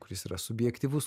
kuris yra subjektyvus